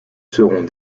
seront